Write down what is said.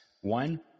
One